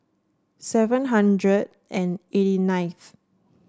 seven hundred and eighty ninth